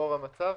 לאור המצב,